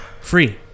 free